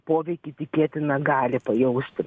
poveikį tikėtina gali pajausti